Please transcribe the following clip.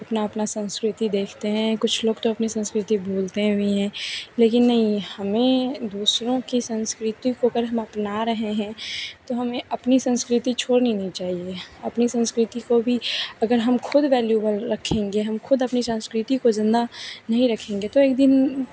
अपना अपना संस्कृति देखते हैं कुछ लोग तो अपनी संस्कृति बोलते भी हैं लेकिन नहीं हमें दूसरों की संस्कृति को अगर हम अपना रहे हैं तो हमें अपनी संस्कृति छोड़नी नहीं चाहिए अपनी संस्कृति को भी अगर हम खुद वैल्यूएबल रखेंगे हम खुद अपनी संस्कृति को ज़िंदा नहीं रखेंगे तो एक दिन